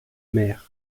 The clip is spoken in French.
mer